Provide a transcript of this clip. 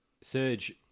Serge